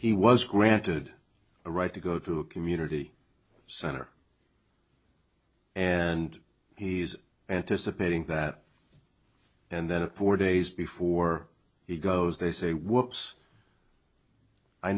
he was granted a right to go to a community center and he's anticipating that and then four days before he goes they say